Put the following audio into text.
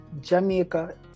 Jamaica